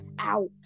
ow